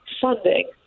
funding